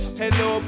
hello